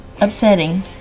upsetting